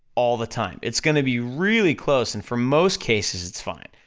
all the time, it's gonna be really close, and for most cases, it's fine.